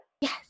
Yes